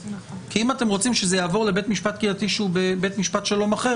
כי אם אתם רוצים שזה יעבור לבית משפט קהילתי שהוא בבית משפט שלום אחר,